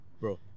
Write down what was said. bro